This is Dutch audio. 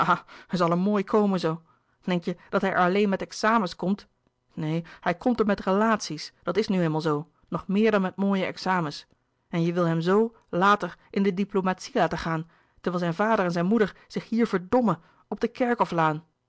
hij zal er mooi komen zoo denk je dat hij er alleen met examens komt neen hij komt er met relaties dat is nu eenmaal zoo nog meer dan met mooie examens en je wil hem zoo later in de diplomatie laten gaan terwijl zijn vader en zijn moeder zich hier verdommen op de